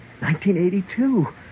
1982